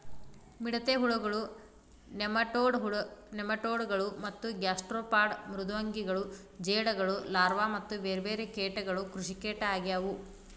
ಮಿಡತೆ ಹುಳಗಳು, ನೆಮಟೋಡ್ ಗಳು ಮತ್ತ ಗ್ಯಾಸ್ಟ್ರೋಪಾಡ್ ಮೃದ್ವಂಗಿಗಳು ಜೇಡಗಳು ಲಾರ್ವಾ ಮತ್ತ ಬೇರ್ಬೇರೆ ಕೇಟಗಳು ಕೃಷಿಕೇಟ ಆಗ್ಯವು